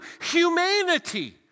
humanity